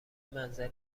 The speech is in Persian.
منزل